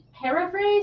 paraphrase